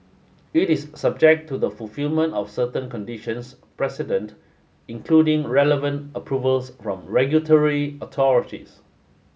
it is subject to the fulfilment of certain conditions precedent including relevant approvals from regulatory authorities